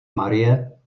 marie